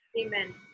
Amen